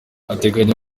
ateganya